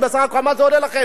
בסך הכול, מה זה עולה לכם?